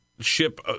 ship